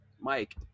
Mike